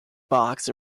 box